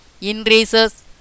increases